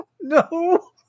no